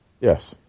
Yes